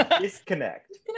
Disconnect